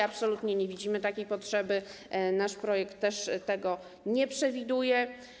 Absolutnie nie widzimy takiej potrzeby, w naszym projekcie też tego nie przewidziano.